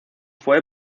fue